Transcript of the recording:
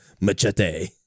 Machete